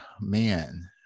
man